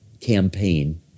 campaign